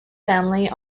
family